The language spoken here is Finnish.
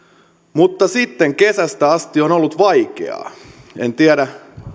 mutta sitten kesästä asti on ollut vaikeaa en tiedä